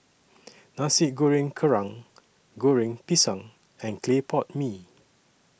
Nasi Goreng Kerang Goreng Pisang and Clay Pot Mee